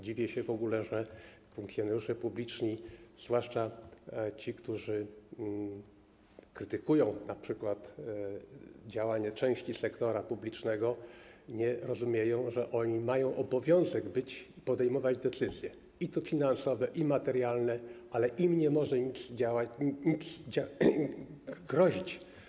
Dziwię się w ogóle, że funkcjonariusze publiczni, zwłaszcza ci, którzy krytykują np. działanie części sektora publicznego, nie rozumieją, że mają obowiązek podejmować decyzje: i finansowe, i materialne, ale im nie może nic grozić.